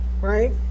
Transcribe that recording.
right